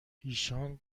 ایشان